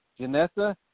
Janessa